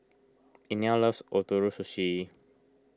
Inell loves Ootoro Sushi